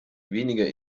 weniger